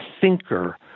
thinker